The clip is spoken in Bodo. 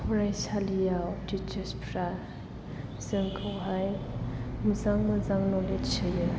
फरायसालियाव टिचार्स फोरा जोंखौहाय मोजां मोजां न'लेज होयो